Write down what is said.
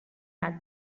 had